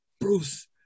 Bruce